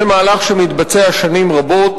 זה מהלך שמתבצע שנים רבות,